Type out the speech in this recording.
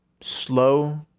Slow